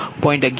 1806 j0